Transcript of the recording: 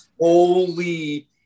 holy